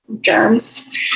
germs